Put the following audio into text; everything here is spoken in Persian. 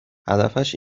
هدفش